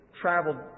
traveled